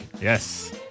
Yes